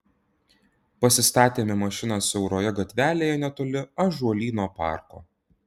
pasistatėme mašiną siauroje gatvelėje netoli ąžuolyno parko